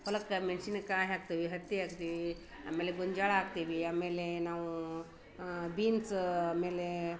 ಹೊಲಕ್ಕೆ ಮೆಣಸಿನ್ಕಾಯಿ ಹಾಕ್ತೇವೆ ಹತ್ತಿ ಹಾಕ್ತೀವಿ ಆಮೇಲೆ ಗೊಂಜೋಳ ಹಾಕ್ತೀವಿ ಆಮೇಲೆ ನಾವೂ ಬೀನ್ಸ್ ಆಮೇಲೆ